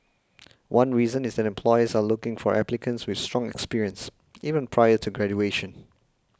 one reason is that employers are looking for applicants with strong experience even prior to graduation